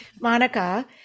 Monica